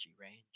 range